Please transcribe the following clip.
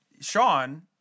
Sean